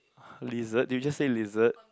lizard did you just say lizard